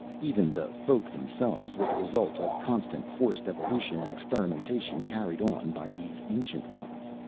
even the folk themselves were the result of constant forced evolution and experimentation carried on by these ancient ones.